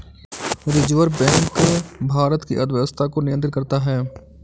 reserve bank Bharat की अर्थव्यवस्था को नियन्त्रित करता है